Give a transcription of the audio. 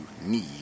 need